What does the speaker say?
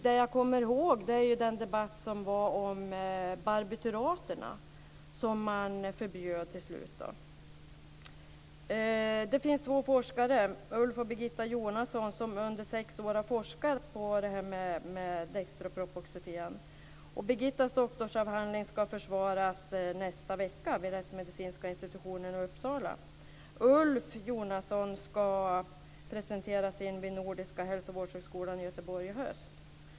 Det jag kommer ihåg är ju den debatt som var om barbituraterna, som man förbjöd till slut. Det finns två forskare, Ulf och Birgitta Jonasson, som under sex år har forskat på det här med dextropropoxifen. Birgittas doktorsavhandling ska försvaras nästa vecka vid Rättsmedicinska institutionen i Uppsala. Ulf Jonasson ska presentera sin vid Nordiska hälsovårdshögskolan i Göteborg i höst.